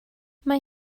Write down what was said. mae